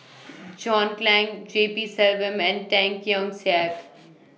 John Clang G P Selvam and Tan Keong Saik